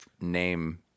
Name